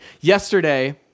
yesterday